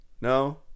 No